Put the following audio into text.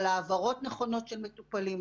על העברות נכונות של מטופלים,